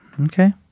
Okay